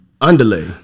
Underlay